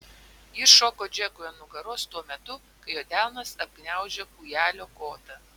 ji šoko džekui ant nugaros tuo metu kai jo delnas apgniaužė kūjelio kotą